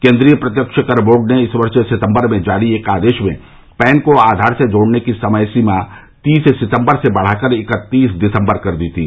केन्द्रीय प्रत्यक्ष कर बोर्ड ने इस वर्ष सितम्बर में जारी एक आदेश में पैन को आधार से जोड़ने की समय सीमा तीस सितम्बर से बढाकर इक्कतीस दिसम्बर कर दी थी